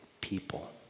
people